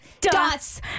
Dots